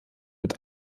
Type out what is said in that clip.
mit